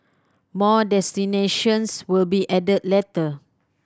more destinations will be added later